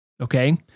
Okay